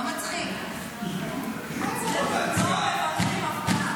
אצלנו לא מוותרים אף פעם.